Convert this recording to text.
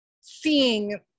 seeing